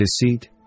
deceit